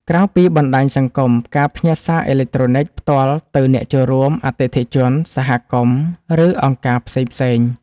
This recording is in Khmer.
ក្រៅពីបណ្ដាញសង្គម ការផ្ញើសារអេឡិចត្រូនិចផ្ទាល់ទៅអ្នកចូលរួម អតិថិជន សហគមន៍ ឬអង្គការផ្សេងៗ